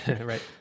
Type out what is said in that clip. Right